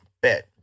Bet